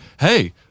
hey